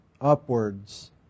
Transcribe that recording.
upwards